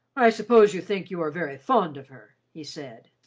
i suppose you think you are very fond of her, he said.